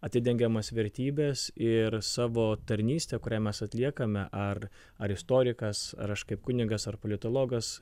atidengiamas vertybes ir savo tarnystę kurią mes atliekame ar ar istorikas ar aš kaip kunigas ar politologas